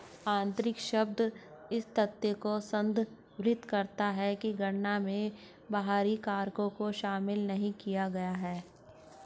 आंतरिक शब्द इस तथ्य को संदर्भित करता है कि गणना में बाहरी कारकों को शामिल नहीं किया गया है